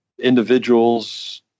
individuals